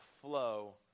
flow